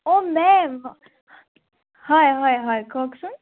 অঁ মেম হয় হয় কওকচোন